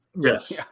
Yes